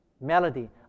Melody